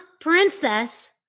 princess